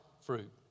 fruit